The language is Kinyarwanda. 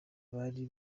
bari